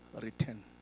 return